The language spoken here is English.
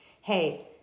Hey